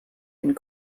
and